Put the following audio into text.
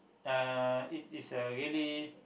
uh it is a really